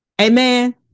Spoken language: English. Amen